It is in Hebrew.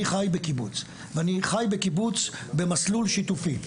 אני חי בקיבוץ במסלול שיתופי,